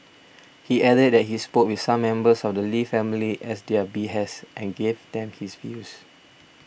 he added that he spoke with some members of the Lee family at their behest and gave them his views